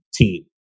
team